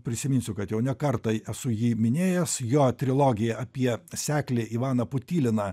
prisiminsiu kad jau ne kartą esu jį minėjęs jo trilogija apie seklį ivaną putiliną